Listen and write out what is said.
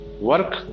work